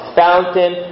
fountain